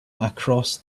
across